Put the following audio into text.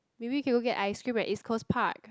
maybe you can go get ice cream at East-Coast-Park